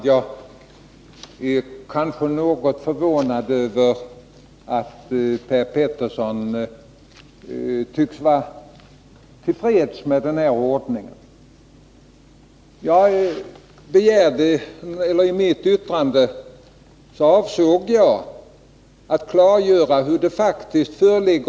Herr talman! Jag är något förvånad över att Per Petersson tycks vara till freds med denna ordning. I mitt yttrande avsåg jag att klargöra hur det faktiskt ligger till.